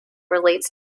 relates